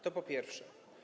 To po pierwsze.